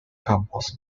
campos